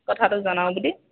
কথাটো জনাওঁ বুলি